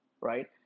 right